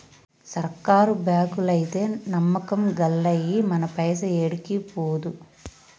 సర్కారు బాంకులైతే నమ్మకం గల్లయి, మన పైస ఏడికి పోదు